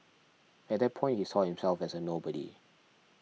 at that point he saw himself as a nobody